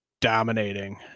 dominating